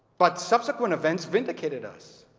but subsequent events vindicated us.